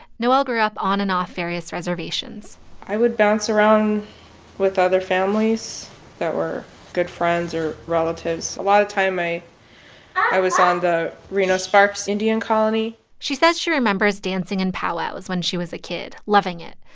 noelle grew up on and off various reservations i would bounce around with other families that were good friends or relatives. a lot of time i was on the reno-sparks indian colony she says she remembers dancing in powwows when she was a kid, loving it.